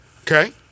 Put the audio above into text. okay